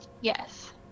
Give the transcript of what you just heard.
yes